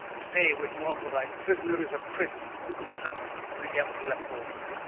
stay whitmore, for thy prisoner is a prince, the duke of suffolke, william de la pole